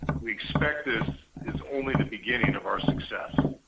we expect this is only the beginning of our success.